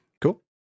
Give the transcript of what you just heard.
Cool